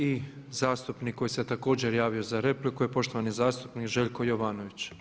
I zastupnik koji se također javio za repliku je poštovani zastupnik Željko Jovanović.